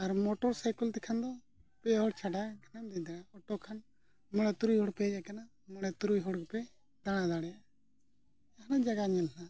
ᱟᱨ motor cycle ᱛᱮᱠᱷᱟᱱ ᱫᱚ ᱯᱮ ᱦᱚᱲ ᱪᱷᱟᱰᱟ ᱠᱷᱟᱱᱮᱢ ᱫᱮᱡ ᱫᱟᱲᱮᱭᱟᱜᱼᱟ ᱚᱴᱳ ᱠᱷᱟᱱ ᱢᱚᱬᱮ ᱛᱩᱨᱩᱭ ᱦᱚᱲ ᱯᱮ ᱦᱮᱡ ᱠᱟᱱᱟ ᱢᱚᱬᱮ ᱛᱩᱨᱩᱭ ᱦᱚᱲ ᱯᱮ ᱫᱟᱬᱟ ᱫᱟᱲᱮᱭᱟᱜᱼᱟ ᱡᱟᱦᱟᱱᱟᱜ ᱡᱟᱭᱜᱟ ᱧᱮᱞ ᱦᱟᱸᱜ